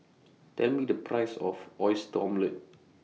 Tell Me The Price of Oyster Omelette